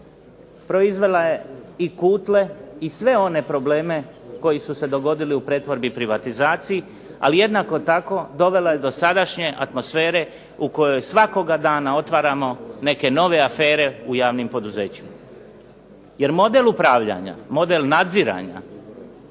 proizvela je i Kutle i sve one probleme koji su se dogodili u pretvorbi i privatizaciji, ali jednako tako dovela je do sadašnje atmosfere u kojoj svakoga dana otvaramo neke nove afere u javnim poduzećima. Jer model upravljanja, model nadziranja